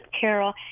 Carol